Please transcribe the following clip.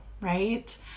right